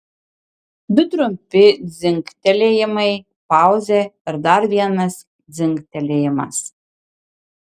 du trumpi dzingtelėjimai pauzė ir dar vienas dzingtelėjimas